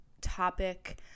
topic